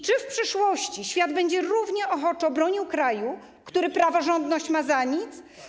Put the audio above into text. Czy w przyszłości świat będzie równie ochoczo bronił kraju, który ma praworządność za nic?